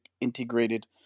integrated